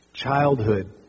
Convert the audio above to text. Childhood